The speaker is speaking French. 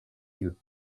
yeux